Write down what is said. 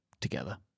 together